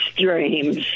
dreams